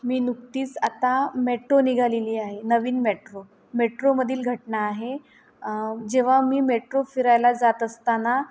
मी नुकतीच आता मेट्रो निघालेली आहे नवीन मेट्रो मेट्रोमधील घटना आहे जेव्हा मी मेट्रो फिरायला जात असताना